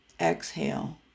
exhale